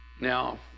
Now